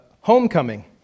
Homecoming